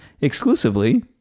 Exclusively